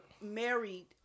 married